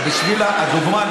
אבל בשביל הדוגמה,